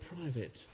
private